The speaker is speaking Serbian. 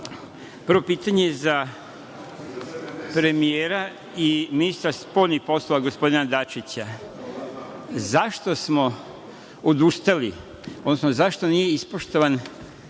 pitanje je za premijera i ministra spoljnih poslova gospodina Dačića - zašto smo odustali, odnosno zašto nije ispoštovan